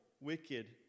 wicked